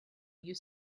you